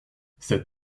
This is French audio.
cet